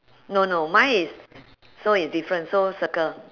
no no my is so is different so circle